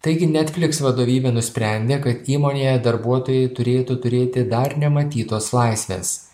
taigi netfilx vadovybė nusprendė kad įmonėje darbuotojai turėtų turėti dar nematytos laisvės